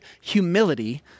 humility